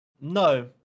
no